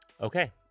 Okay